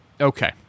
Okay